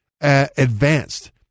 advanced